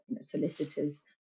solicitors